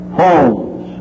homes